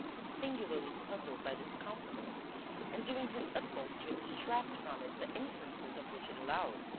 singularly puzzled by this confidence and doing his utmost to extract from it the inferences of which it allowed.